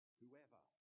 whoever